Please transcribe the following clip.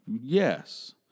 Yes